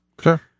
Sure